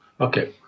Okay